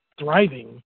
thriving